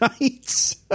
nights